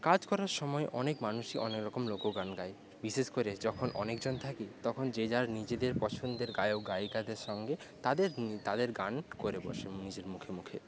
কাজ করার সময় অনেক মানুষই অনেকরকম লোকগান গায় বিশেষ করে যখন অনেকজন থাকি তখন যে যার নিজেদের পছন্দের গায়ক গায়িকাদের সঙ্গে তাদের নি তাদের গান করে বসে নিজের মুখে মুখে